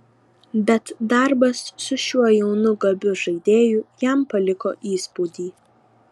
bet darbas su šiuo jaunu gabiu žaidėju jam paliko įspūdį